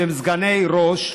סגני יושב-ראש,